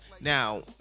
Now